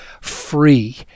free